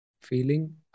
feeling